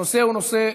הנושא הוא נושא חשוב,